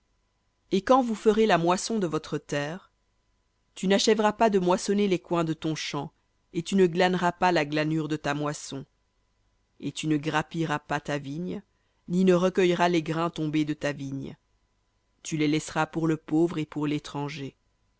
et quand vous ferez la moisson de votre terre tu n'achèveras pas de moissonner les coins de ton champ et tu ne glaneras pas la glanure de ta moisson et tu ne grappilleras pas ta vigne ni ne recueilleras les grains tombés de ta vigne tu les laisseras pour le pauvre et pour l'étranger